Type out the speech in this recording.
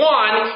one